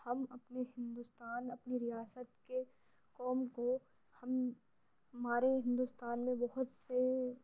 ہم اپنے ہندوستان اپنی ریاست کے قوم کو ہم ہمارے ہندوستان میں بہت سے